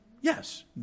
Yes